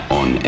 on